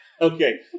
Okay